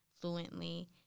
fluently